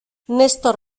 nestor